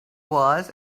was